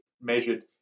measured